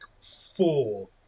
four